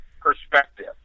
perspective